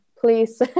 please